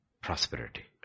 prosperity